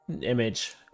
image